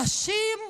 אנשים,